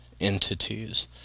entities